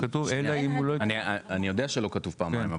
אני יודע שלא כתוב פעמיים.